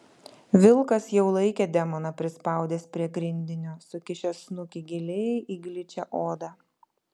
vilkas jau laikė demoną prispaudęs prie grindinio sukišęs snukį giliai į gličią odą